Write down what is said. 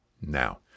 Now